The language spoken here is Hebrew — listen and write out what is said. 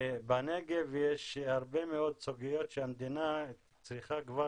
בנגב יש הרבה מאוד סוגיות שהמדינה צריכה כבר